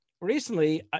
recently